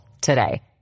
today